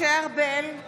(קוראת בשמות חברי הכנסת) משה ארבל,